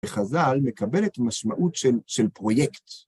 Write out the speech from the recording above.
וחזל מקבלת משמעות של פרויקט.